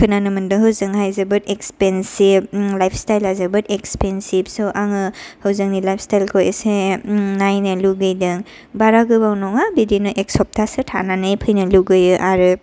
खोनानो मोनदों हजोंहाय जोबोद एक्सपेनसिब लाइफ स्टाइला जोबोद एक्सपेनसिब स' आङो हजोंनि लाइफ स्टाइलखौ एसे नायनो लुगैदों बारा गोबाव नङा बिदिनो एक स्पताहसो थानानै फैनो लुगैयो आरो